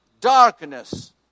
darkness